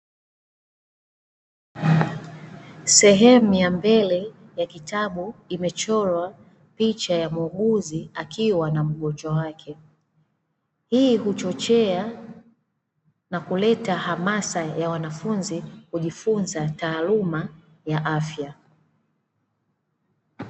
Sehemu ya mbele ya kitabu imechorwa picha ya muuguzi akiwa na mgonjwa wake. Hii huchochea na kuleta hamasa ya wanafunzi kujifunza taluma ya afya.